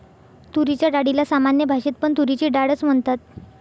तुरीच्या डाळीला सामान्य भाषेत पण तुरीची डाळ च म्हणतात